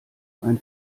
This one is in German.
ein